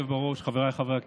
חבריי חברי הכנסת,